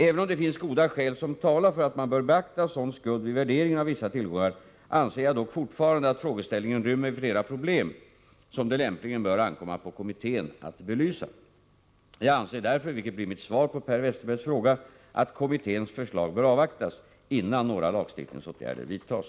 Även om det finns goda skäl som talar för att man bör beakta sådan skuld vid värderingen av vissa tillgångar, anser jag dock fortfarande att frågeställningen rymmer flera problem som det lämpligen bör ankomma på kommittén att belysa. Jag anser därför, vilket blir mitt svar på Per Westerbergs fråga, att kommitténs förslag bör avvaktas innan några lagstiftningsåtgärder vidtas.